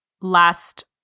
last